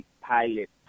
pilot